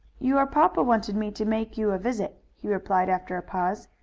your papa wanted me to make you a visit, he replied after a pause.